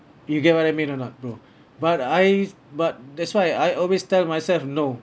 you get what I mean or not bro~ but I but that's why I always tell myself no